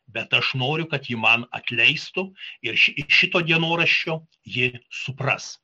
bet aš noriu kad ji man atleistų ir iš šito dienoraščio ji supras